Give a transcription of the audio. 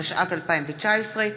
התשע"ט 2019,